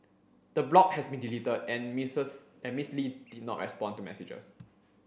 the blog has been deleted and Miss Lee did not respond to messages